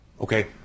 Okay